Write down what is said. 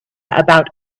about